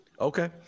okay